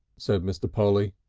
said mr. polly.